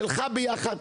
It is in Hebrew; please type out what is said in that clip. שלך ביחד,